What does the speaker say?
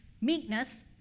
meekness